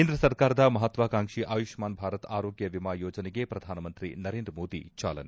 ಕೇಂದ್ರ ಸರ್ಕಾರದ ಮಪತ್ವಾಕಾಂಕ್ಷಿ ಆಯುಷ್ಮಾನ್ ಭಾರತ್ ಆರೋಗ್ಯ ವಿಮಾ ಯೋಜನೆಗೆ ಪ್ರಧಾನಮಂತ್ರಿ ನರೇಂದ್ರ ಮೋದಿ ಚಾಲನೆ